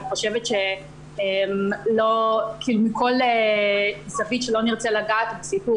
ואני חושבת שמכל זווית שניגע בסיפור,